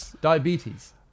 diabetes